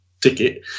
ticket